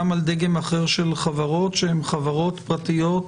על דגם אחר של חברות שהן חברות פרטיות.